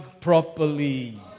properly